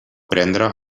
prendre